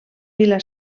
vila